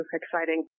exciting